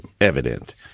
evident